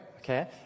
Okay